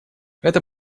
это